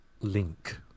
link